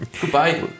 Goodbye